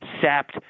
sapped